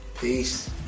peace